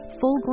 full